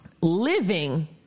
living